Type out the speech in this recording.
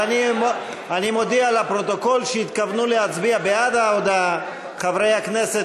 ההודעה של ועדת הכנסת